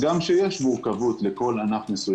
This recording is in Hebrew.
הגם שיש מורכבות לכל ענף.